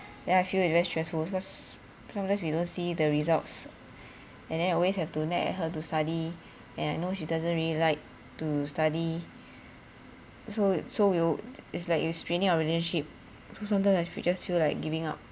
then I feel it's very stressful because sometimes we don't see the results and then I always have to nag at her to study and I know she doesn't really like to study so so you'll it's like will straining our relationship so sometimes I just feel like giving up